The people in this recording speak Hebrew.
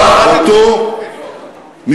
מה הקשר?